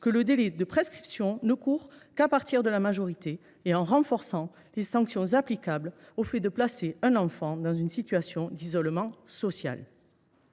que le délai de prescription ne courra qu’à partir de leur majorité, et en renforçant les sanctions applicables au placement d’un enfant dans une situation d’isolement social.